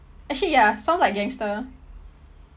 actually ya sounds like gangster